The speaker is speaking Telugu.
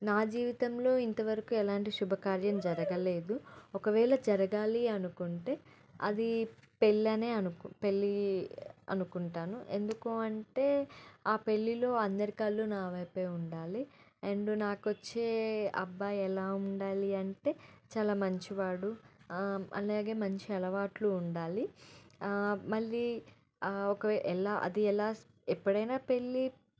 నా జీవితంలో ఇంతవరకు ఎలాంటి శుభకార్యం జరగలేదు ఒకవేళ జరగాలి అనుకుంటే అది పెళ్ళనే అను పెళ్ళి అనుకుంటాను ఎందుకు అంటే ఆ పెళ్ళిలో అందరి కళ్ళు నా వైపే ఉండాలి అండ్ నాకొచ్చే అబ్బాయి ఎలా ఉండాలి అంటే చాలా మంచివాడు అలాగే మంచి అలవాట్లు ఉండాలి మళ్ళీ ఒకవేళ ఎలా అది ఎలా ఎప్పుడైనా పెళ్ళి